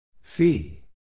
Fee